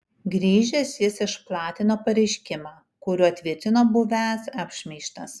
grįžęs jis išplatino pareiškimą kuriuo tvirtino buvęs apšmeižtas